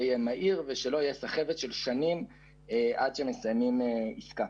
מהיר ובלי סחבת של שנים עד שמסיימים עסקה.